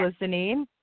listening